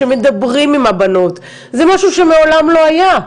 שמדברים עם הבנות זה משהו שמעולם לא היה,